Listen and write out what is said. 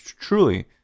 truly